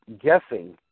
guessing